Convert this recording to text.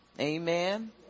Amen